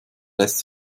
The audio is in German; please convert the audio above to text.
lässt